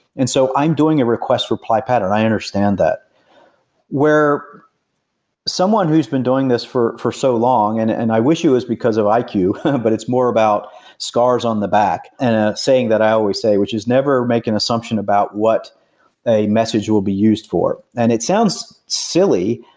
and so i'm doing a request for apply pattern, i understand that where someone who's been doing this for for so long and and i wish you is because of iq, but it's more about scars on the back and ah saying that i always say, which is never make an assumption about what a message will be used for and it sounds silly,